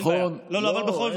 נכון, נכון.